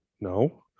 no